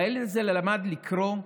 והילד הזה למד לקרוא,